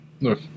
Look